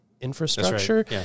infrastructure